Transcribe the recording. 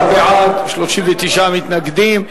17 בעד, 39 מתנגדים.